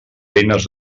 eines